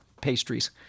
pastries